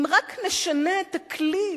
אם רק נשנה את הכלי,